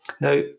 Now